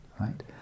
right